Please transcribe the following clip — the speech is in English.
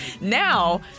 Now